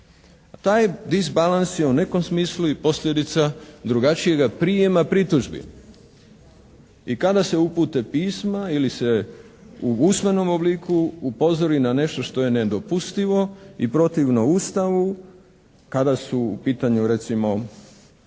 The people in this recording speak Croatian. Taj disbalans je u nekom smislu i posljedica drugačijega prijema pritužbi. I kada se upute pisma ili se u usmenom obliku upozori na nešto što je nedopustivo i protivno Ustavu kada su u pitanju recimo